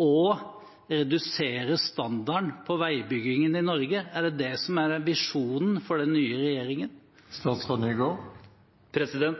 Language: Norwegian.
og å redusere standarden på veibyggingen i Norge? Er det det som er visjonen til den nye regjeringen?